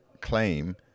claim